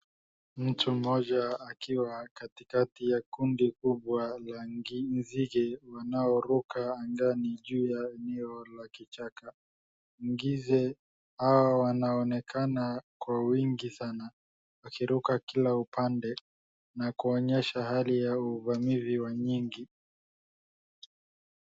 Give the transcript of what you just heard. Mtu mmoja akiwa katikati ya kundi kubwa la nzige wanaoruka ndani juu ya eneo la kichaka. Ngize hawa wanaonekana kwa wingi sana, wakiruka kila upande na kuonyesha hali ya uvamizi wa nyingi.